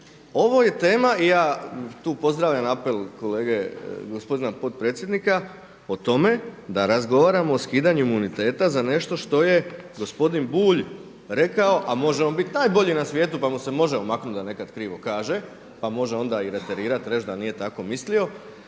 ovo je tema i ja tu pozdravljam apel kolege gospodina potpredsjednika, o tome da razgovaramo o skidanju imuniteta za nešto što je gospodin Bulj rekao, a možemo biti najbolji na svijetu pa mu se možemo maknuti da nekad krivo kaže pa može onda i referirati reći da nije tako mislio,